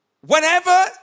whenever